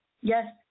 Yes